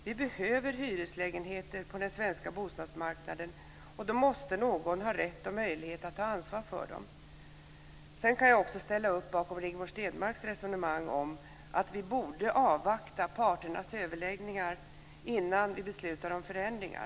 Vi behöver hyreslägenheter på den svenska bostadsmarknaden, och då måste någon ha rätt och möjlighet att ta ansvar för dem. Jag kan också ställa upp bakom Rigmor Stenmarks resonemang om att vi borde avvakta parternas överläggningar innan vi beslutar om förändringar.